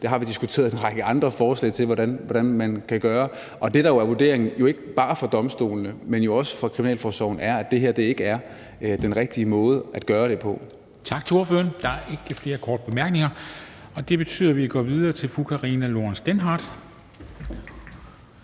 Det har vi diskuteret en række andre forslag til hvordan man kan gøre, og det, der jo er vurderingen, ikke bare fra domstolene, men også fra kriminalforsorgen, er, at det her ikke er den rigtige måde at gøre det på. Kl. 15:43 Formanden (Henrik Dam Kristensen): Tak til ordføreren. Der er ikke flere korte bemærkninger. Det betyder, at vi går videre til fru Karina Lorentzen Dehnhardt,